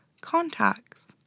contacts